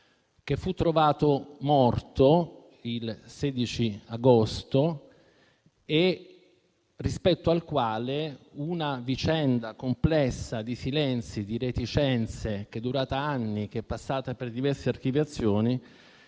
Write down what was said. che fu trovato morto il 16 agosto 1999 e rispetto al quale una vicenda complessa di silenzi e di reticenze che è durata anni e che è passata per diverse archiviazioni